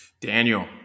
Daniel